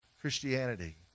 Christianity